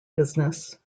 business